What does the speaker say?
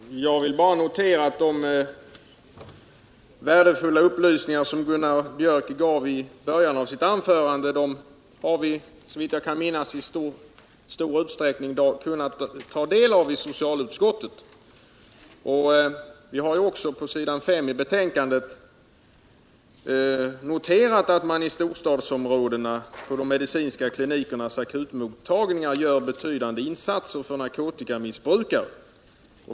Herr talman! Jag vill bara notera att de värdefulla upplysningar som Gunnar Biörck i Värmdö gav i början av sitt anförande har vi, såvitt jag kan minnas, i stor utsträckning kunnat ta del av i socialutskottet. Vi har ju också 67 på s. 5 i betänkandet noterat att det i storstadsområdena på de medicinska klinikernas akutmottagningar görs betydande insatser för narkotikamissbrukare.